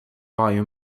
volume